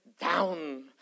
down